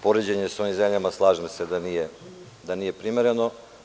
Poređenje sa onim zemljama, slažem se da nije primereno.